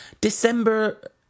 December